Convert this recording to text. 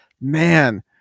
man